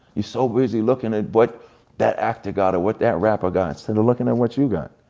you so busy lookin' at what that actor got, or what that rapper got, instead of lookin' at what you got.